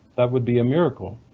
that would be a miracle.